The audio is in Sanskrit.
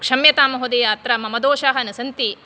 क्षम्यताम् महोदय अत्र मम दोषाः न सन्ति